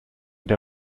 der